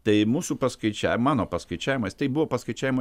tai mūsų paskaičiavi mano paskaičiavimais tai buvo paskaičiavimai